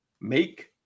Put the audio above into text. make